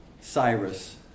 Cyrus